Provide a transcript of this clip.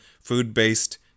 food-based